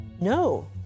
no